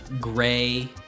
gray